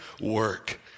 work